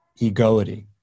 egoity